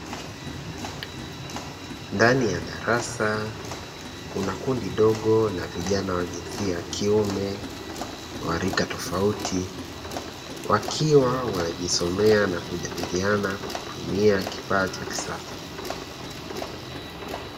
Ndani ya darasa Kuna kundi dogo la vijana wa jinsia ya kiume ,wa rika tofauti wakiwa wanajisomea na kujadiliana kwa kutumia kifaa cha kisasa.